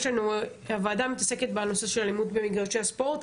הוועדה מתעסקת בנושא של אלימות במגרשי הספורט.